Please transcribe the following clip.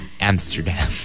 Amsterdam